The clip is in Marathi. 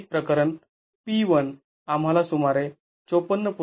आणि म्हणूनच एक प्रकरण P 1 आम्हाला सुमारे ५४